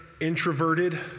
introverted